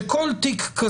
זה